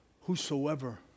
whosoever